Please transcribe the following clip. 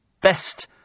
best